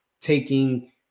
taking